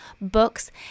books